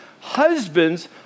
husbands